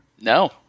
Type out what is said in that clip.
No